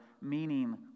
meaning